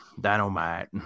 dynamite